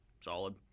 solid